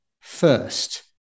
first